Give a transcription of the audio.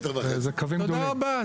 תודה רבה.